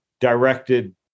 directed